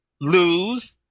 lose